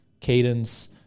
cadence